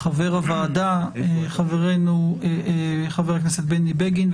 חבר הוועדה חברנו חבר הכנסת בני בגין,